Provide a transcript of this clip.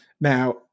Now